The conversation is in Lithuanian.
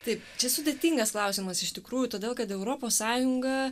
taip čia sudėtingas klausimas iš tikrųjų todėl kad europos sąjunga